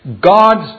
God's